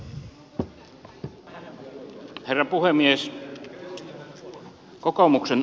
herra puhemies